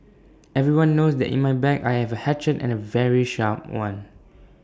everyone knows that in my bag I have A hatchet and A very sharp one